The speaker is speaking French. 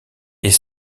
est